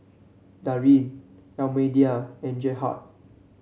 Darrin Almedia and Gerhard